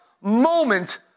moment